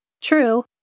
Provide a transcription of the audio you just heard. True